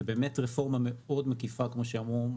זאת באמת רפורמה מאוד מעקיפה כמו שאמרו,